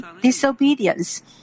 disobedience